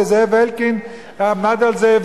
וזאב אלקין עמד על זה,